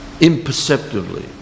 imperceptibly